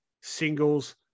singles